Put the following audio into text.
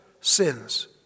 sins